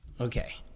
Okay